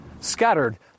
Scattered